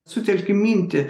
sutelki mintį